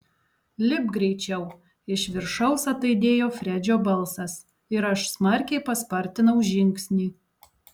lipk greičiau iš viršaus ataidėjo fredžio balsas ir aš smarkiai paspartinau žingsnį